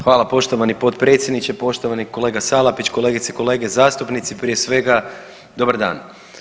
Hvala poštovani potpredsjedniče, poštovani kolega Salapić, kolegice i kolege zastupnici prije svega dobar dan.